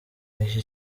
iki